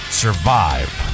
survive